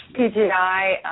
PGI